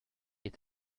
est